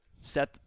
set